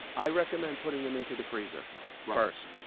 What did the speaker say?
i recommend putting them into the freezer first,